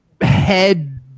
head